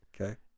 Okay